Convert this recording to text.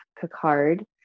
Picard